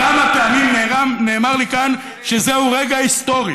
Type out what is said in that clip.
כמה פעמים נאמר לי כאן שזהו רגע היסטורי.